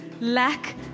lack